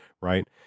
right